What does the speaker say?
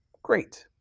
great.